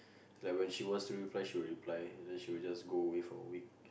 like when she wants to reply she will reply and then she will just go away for a week